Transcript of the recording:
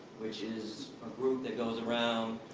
which is a group that goes around,